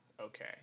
okay